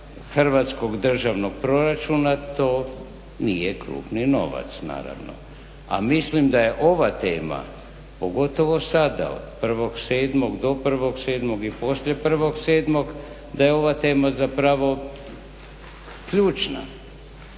hrvatskog državnog proračuna to nije krupni novac naravno. A mislim da je ova tema, pogotovo sada od 1.7., do 1.7. i poslije 1.7., da je ova tema zapravo ključna,